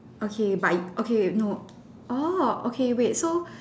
okay but okay no orh okay wait so